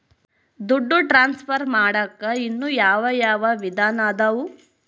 ದುಡ್ಡು ಟ್ರಾನ್ಸ್ಫರ್ ಮಾಡಾಕ ಇನ್ನೂ ಯಾವ ಯಾವ ವಿಧಾನ ಅದವು?